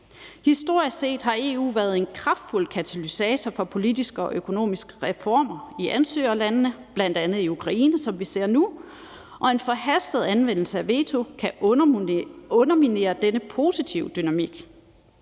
Historisk set har EU været en kraftfuld katalysator for politiske og økonomiske reformer i ansøgerlandene, bl.a. i Ukraine, som vi ser nu, og en forhastet anvendelse af veto kan underminere denne positive dynamik.